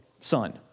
son